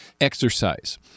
exercise